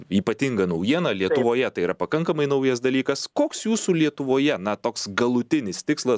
ypatinga naujiena lietuvoje tai yra pakankamai naujas dalykas koks jūsų lietuvoje na toks galutinis tikslas